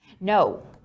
No